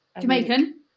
Jamaican